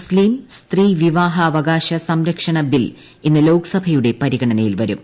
മുസ്തീം സ്ത്രീ വിവാഹ അവകാശ സംരക്ഷണ ബിൽ ഇന്ന് ലോക്സഭയുടെ പരിഗണനയിൽ വരും